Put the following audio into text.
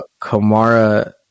Kamara